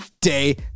day